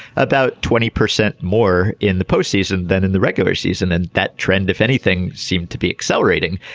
about twenty percent more in the postseason than in the regular season and that trend if anything seemed to be accelerating.